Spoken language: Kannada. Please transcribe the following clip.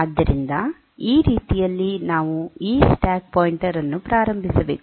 ಆದ್ದರಿಂದ ಈ ರೀತಿಯಲ್ಲಿ ನಾವು ಈ ಸ್ಟ್ಯಾಕ್ ಪಾಯಿಂಟರ್ ಅನ್ನು ಪ್ರಾರಂಭಿಸಬೇಕು